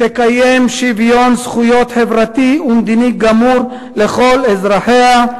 תקיים שוויון זכויות חברתי ומדיני גמור לכל אזרחיה,